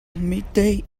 midday